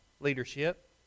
leadership